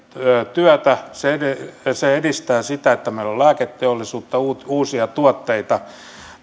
työtä se edistää sitä että meillä on lääketeollisuutta uusia uusia tuotteita